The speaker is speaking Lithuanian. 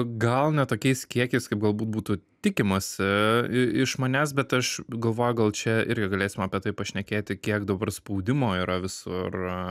gal ne tokiais kiekiais kaip galbūt būtų tikimasi iš manęs bet aš galvoju gal čia irgi galėsim apie tai pašnekėti kiek dabar spaudimo yra visur